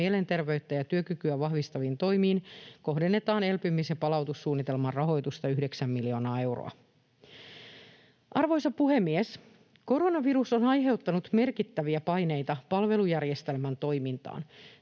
mielenterveyttä ja työkykyä vahvistaviin toimiin kohdennetaan elpymis- ja palautumissuunnitelman rahoitusta 9 miljoonaa euroa. Arvoisa puhemies! Koronavirus on aiheuttanut merkittäviä paineita palvelujärjestelmän toimintaan.